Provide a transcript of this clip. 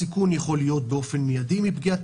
הסיכון יכול להיות באופן מידי מפגיעת